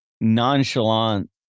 nonchalant